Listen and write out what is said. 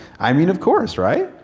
i mean of course, right?